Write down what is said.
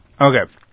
Okay